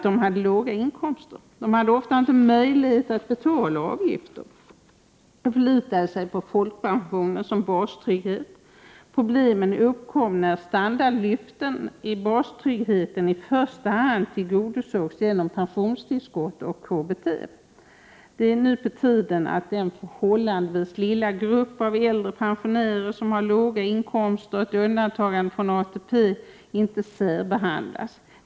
Dessa företagare hade ofta inte möjlighet att betala avgifterna. De förlitade sig på folkpensionen som bastrygghet. Problemen kom när standardlyften i bastryggheten i första hand tillgodosågs genom pensionstillskott och KBT. Det är nu faktiskt på tiden att denna förhållandevis lilla grupp äldre pensionärer med låga inkomster och undantagande från ATP inte längre särbehandlas.